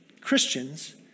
Christians